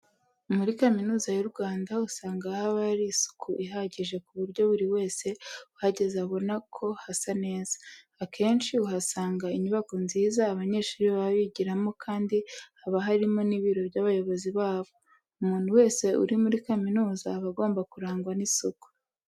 Muri Kaminuza y'u Rwanda usanga haba hari isuku ihagije ku buryo buri wese uhageze abona ko hasa neza. Akenshi uhasanga inyubako nziza abanyeshuri baba bigiramo kandi haba harimo n'ibiro by'abayobozi babo. Umuntu wese uri muri kaminuza aba agomba kurangwa n'isuku.